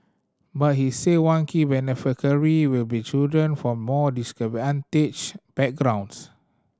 but he said one key beneficiary will be children from more disadvantaged backgrounds